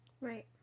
Right